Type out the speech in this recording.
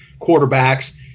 quarterbacks